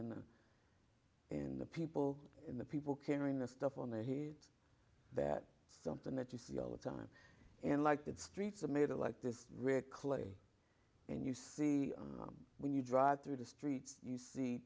and and the people in the people carrying the stuff on the heat that something that you see all the time and like the streets are made of like this red clay and you see when you drive through the streets you see